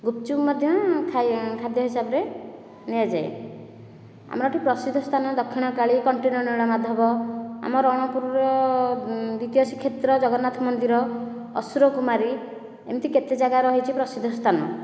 ଗୁପଚୁପ ମଧ୍ୟ ଖାଇ ଖାଦ୍ୟ ହିସାବରେ ନିଆଯାଏ ଆମର ଏଠି ପ୍ରସିଦ୍ଧ ସ୍ଥାନ ଦକ୍ଷିଣକାଳୀ କଣ୍ଟିଲୋ ନୀଳମାଧଵ ଆମ ରଣପୁରର ଦ୍ୱିତୀୟ ଶ୍ରୀକ୍ଷେତ୍ର ଜଗନ୍ନାଥ ମନ୍ଦିର ଅସୁର କୁମାରୀ ଏମିତି କେତେ ଜାଗା ରହିଛି ପ୍ରସିଦ୍ଧ ସ୍ଥାନ